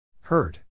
Hurt